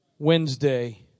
Wednesday